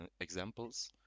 examples